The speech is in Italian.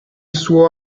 suo